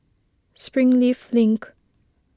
Springleaf Link